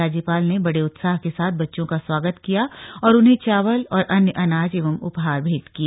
राज्यपाल ने बड़े उत्साह के साथ बच्चों का स्वागत किया और उन्हें चावल अन्य अनाज एवं उपहार भेंट किए